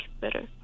better